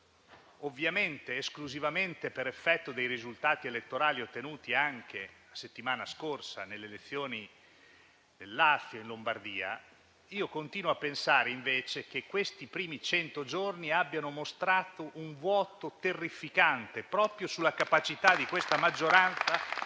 consistono esclusivamente nei risultati elettorali ottenuti anche la settimana scorsa nelle elezioni nel Lazio e in Lombardia, io continuo a pensare, invece, che questi primi cento giorni abbiano mostrato un vuoto terrificante proprio sulla capacità di questa maggioranza